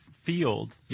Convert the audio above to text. field